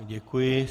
Děkuji.